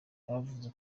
bavuze